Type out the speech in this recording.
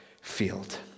field